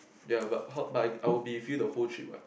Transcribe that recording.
ya but how but I I would be free the whole trip what